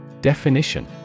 Definition